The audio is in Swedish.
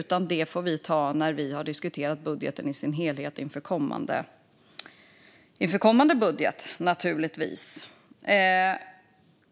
Det får vi ta när vi har diskuterat budgeten i sin helhet inför kommande budget.